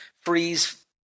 freeze